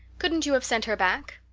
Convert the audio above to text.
couldn't you have sent her back?